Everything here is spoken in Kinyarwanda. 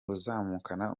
azamukana